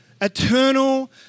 eternal